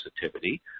sensitivity